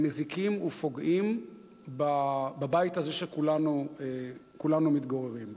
הם מזיקים ופוגעים בבית הזה שכולנו מתגוררים בו.